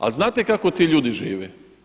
Ali znate kako ti ljudi žive?